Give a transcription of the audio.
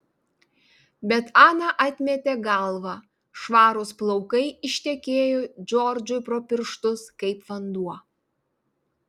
bet ana atmetė galvą švarūs plaukai ištekėjo džordžui pro pirštus kaip vanduo